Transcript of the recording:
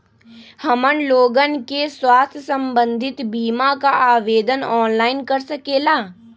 हमन लोगन के स्वास्थ्य संबंधित बिमा का आवेदन ऑनलाइन कर सकेला?